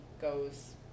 goes